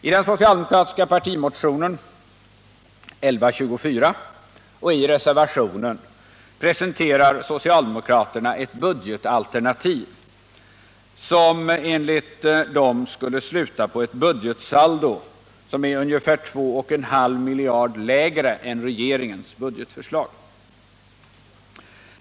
I den socialdemokratiska partimotionen nr 1124 och i reservationen presenterar socialdemokraterna ett budgetalternativ, som enligt motionärerna skulle sluta på ett budgetsaldo som är ungefär 2,5 miljarder lägre än regeringens budgetförslag.